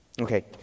Okay